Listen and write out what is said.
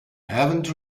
haven’t